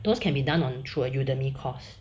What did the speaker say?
those can be done on through a Udemy course